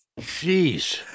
Jeez